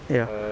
ya